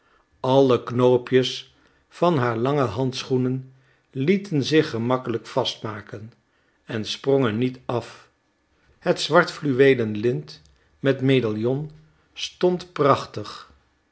alle knoopjes van haar lange handschoenen lieten zich gemakkelijk vastmaken en sprongen niet af het zwart fluweelen lint met medaillon stond prachtig